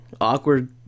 awkward